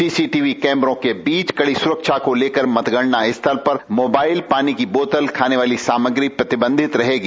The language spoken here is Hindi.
सीसीटीवी कैमरों के बीच कड़ी सुरक्षा को लेकर मतगणना स्थल पर मोबाइल पानी की बोतल खाने वाली सामग्री प्रतिबंधित रहेगी